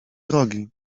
drogi